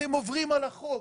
אתם עוברים על החוק.